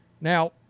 Now